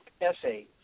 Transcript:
essay